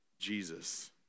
jesus